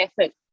effort